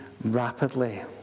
rapidly